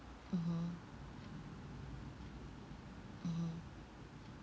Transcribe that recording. mmhmm mmhmm